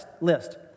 list